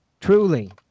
truly